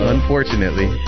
Unfortunately